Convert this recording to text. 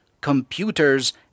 computers